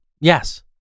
Yes